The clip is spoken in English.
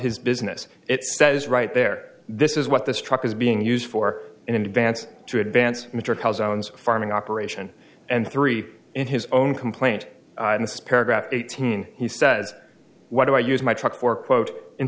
his business it says right there this is what this truck is being used for in advance to advance mature calzones farming operation and three in his own complaint in this paragraph eighteen he said what do i use my truck for quote in